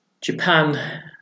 Japan